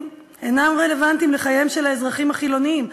אינם רלוונטיים לחייהם של האזרחים החילונים.